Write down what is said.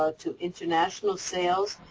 ah to international sales.